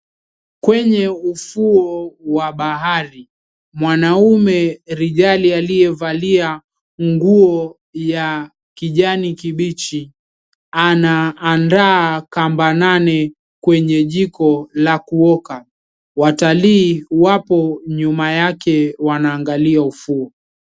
Kwenye ufuo wa bahari, mwanaume rijali aliyevalia nguo ya kijani kibichi, anaandaa kamba nane kwenye jiko la kuoka. Watalii wapo nyuma yake wanaangalia ufuo.